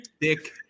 Dick